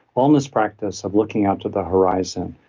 wellness practice of looking out to the horizon.